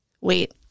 Wait